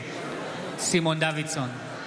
נגד סימון דוידסון,